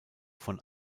von